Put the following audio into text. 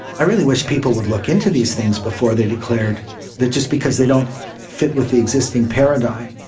i really wish people would look into these things before they declared that just because they don't fit with the existing paradigm,